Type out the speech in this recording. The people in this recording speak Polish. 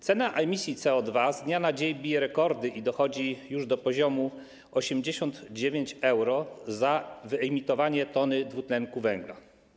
Cena emisji CO2 z dnia na dzień bije rekordy i dochodzi już do poziomu 89 euro za wyemitowanie tony dwutlenku węgla.